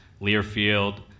Learfield